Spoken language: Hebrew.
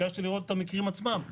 ביקשתי לראות את המקרים עצמם,